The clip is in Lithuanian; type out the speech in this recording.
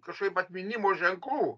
kažkaip atminimo ženklų